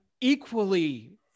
equally